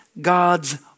God's